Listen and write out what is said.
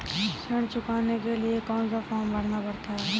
ऋण चुकाने के लिए कौन सा फॉर्म भरना पड़ता है?